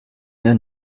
mehr